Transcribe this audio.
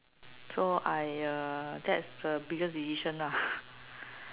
so I uh that's the biggest decision lah